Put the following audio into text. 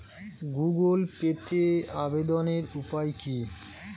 Google পেতে আবেদনের উপায় কি?